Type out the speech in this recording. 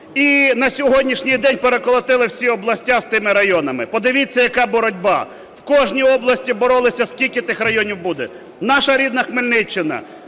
і на сьогоднішній день переколотили всі області з тими районами. Подивіться, яка боротьба! В кожній області боролися, скільки тих районів буде. Наша рідна Хмельниччина.